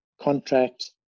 contract